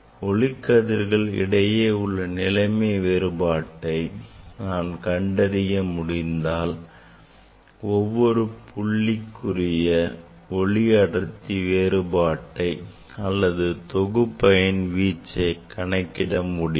ஒளிக்கதிர்கள் இடையே உள்ள நிலைமை வேறுபாட்டை நான் கண்டறிய முடிந்தால் ஒவ்வொரு புள்ளிக்குரிய ஒளி அடர்த்தி வேறுபாட்டை அல்லது தொகுபயன் வீச்சை கணக்கிட முடியும்